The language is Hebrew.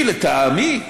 אני, לטעמי,